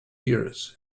years